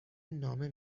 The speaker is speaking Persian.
نامه